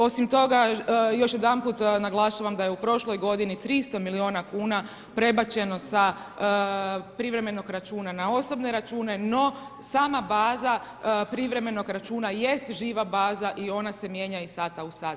Osim toga još jedanput naglašavam da je u prošloj godini 300 milijuna kuna prebačeno sa privremenog računa na osobne račune, no sama baza privremenog računa jest živa baza i ona se mijenja iz sata u sat.